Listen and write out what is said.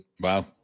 Wow